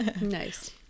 nice